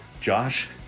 Josh